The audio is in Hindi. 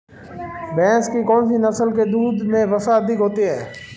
भैंस की कौनसी नस्ल के दूध में वसा अधिक होती है?